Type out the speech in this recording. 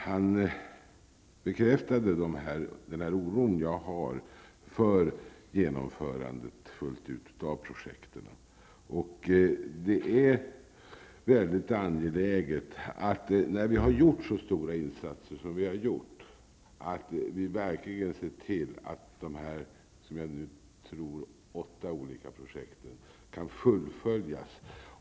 Han bekräftade där att det finns fog för den oro jag har för genomförandet fullt ut av projekten. När det har gjorts så stora insatser som de vi har stått för, är det mycket angeläget att vi verkligen ser till att de här, som jag nu tror, åtta olika projekten kan fullföljas.